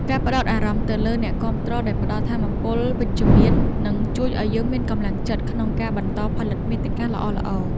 ការផ្ដោតអារម្មណ៍ទៅលើអ្នកគាំទ្រដែលផ្ដល់ថាមពលវិជ្ជមាន នឹងជួយឱ្យយើងមានកម្លាំងចិត្តក្នុងការបន្តផលិតមាតិកាល្អៗ។